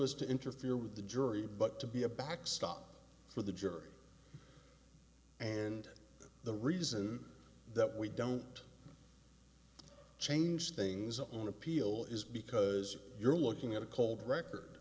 as to interfere with the jury but to be a backstop for the jury and the reason that we don't change things on appeal is because you're looking at a cold record